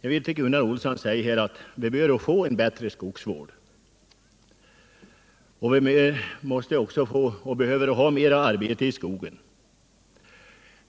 Jag vill säga till Gunnar Olsson att vi behöver få en bättre skogsvård. Vi måste också ha mer arbete i skogen.